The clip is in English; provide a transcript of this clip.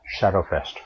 Shadowfest